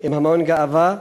עם המון גאווה,